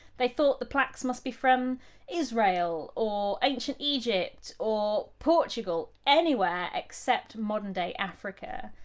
they thought the plaques must be from israel or ancient egypt or portugal anywhere except modern-day africa.